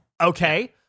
Okay